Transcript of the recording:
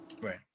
Right